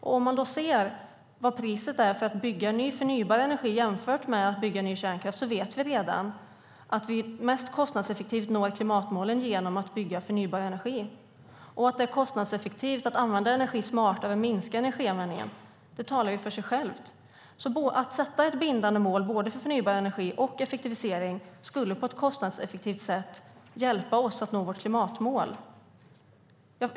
Om vi tittar på vad priset är för att bygga ny förnybar energi jämfört med att bygga ny kärnkraft kan vi se att det mest kostnadseffektiva sättet att nå klimatmålen är att bygga förnybar energi. Det är också kostnadseffektivt att använda energi på ett smartare sätt och att minska energianvändningen. Det säger sig självt. Att sätta upp ett bindande mål både för förnybar energi och för effektivering skulle alltså på ett kostnadseffektivt sätt hjälpa oss att nå vårt klimatmål.